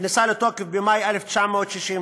שנכנסה לתוקף במאי 1962,